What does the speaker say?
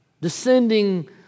descending